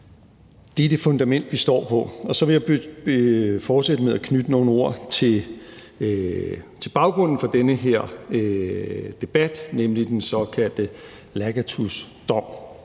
Det er det fundament, vi står på. Så vil jeg fortsætte med at knytte nogle ord til baggrunden for den her debat, nemlig den såkaldte Lacatusdom.